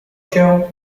się